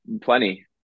plenty